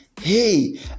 Hey